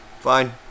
fine